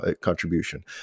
contribution